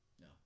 No